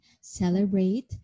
celebrate